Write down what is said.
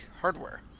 hardware